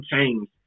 change